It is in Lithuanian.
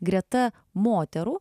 greta moterų